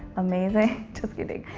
amazing. just kidding.